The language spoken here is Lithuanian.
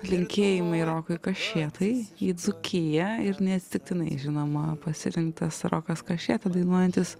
linkėjimai rokui kašėtai į dzūkiją ir neatsitiktinai žinoma pasirinktas rokas kašėta dainuojantis